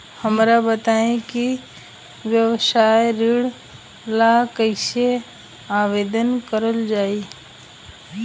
हमरा बताई कि व्यवसाय ऋण ला कइसे आवेदन करल जाई?